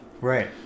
Right